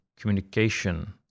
communication